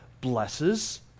blesses